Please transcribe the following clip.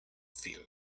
fear